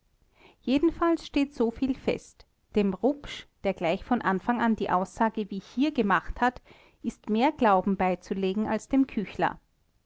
jedenfalls steht soviel fest dem rupsch der gleich von anfang an die aussage wie hier gemacht hat ist mehr glauben beizulegen als dem küchler